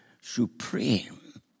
supreme